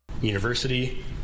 university